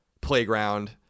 playground –